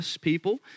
people